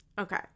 Okay